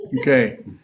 Okay